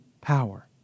power